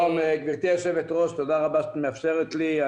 שלום גבירתי היושבת-ראש, תודה רבה שאת מאפשרת לי.